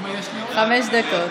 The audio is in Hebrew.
חמש דקות,